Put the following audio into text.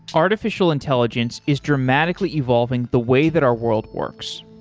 artificial intelligence is dramatically evolving the way that our world works,